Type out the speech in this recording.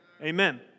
Amen